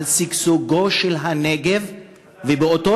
על שגשוגו של הנגב -- אתה בעד ----- ובאותו